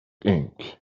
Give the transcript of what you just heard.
ink